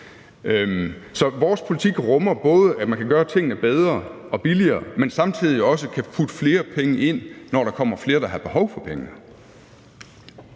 Så vores politik rummer både, at man kan gøre tingene bedre og billigere, men samtidig også kan putte flere penge ind, når der kommer flere, der har behov for pengene.